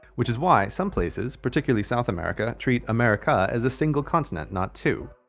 which is why some places, particularly south america, treat america as a single continent, not two.